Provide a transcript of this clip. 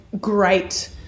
great